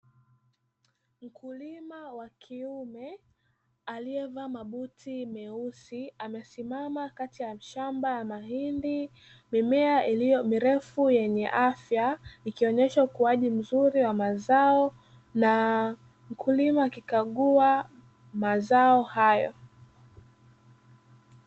Mkulima wa kiume aliyevaa mabuti meusi amesimama kati ya shamba la mahindi, mimea iliyo mrefu yenye afya ikionyesha ukuaji mzuri wa mazao na mkulima akikagua mazao hayo.